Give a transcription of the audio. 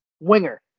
Winger